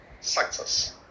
success